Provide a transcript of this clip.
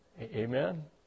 Amen